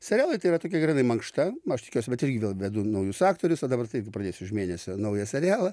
serialai tai yra tokia grynai mankšta aš tikiuosi bet irgi vėl vedu naujus aktorius va dabar tai pradėsiu už mėnesio naują serialą